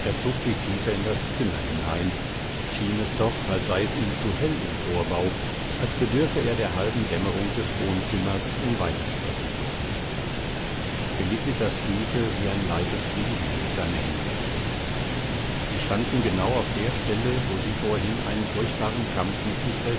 zog sie tiefer in das zimmer hinein schien es doch als sei es ihm zu hell im vorbau als bedürfe er der halben dämmerung des wohnzimmers um weiter sprechen zu können felicitas fühlte wie ein leises beben durch seine hände ging sie standen genau auf der stelle wo sie vorhin einen furchtbaren kampf mit sich